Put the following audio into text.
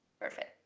Perfect